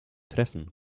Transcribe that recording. treffen